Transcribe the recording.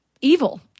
evil